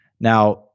now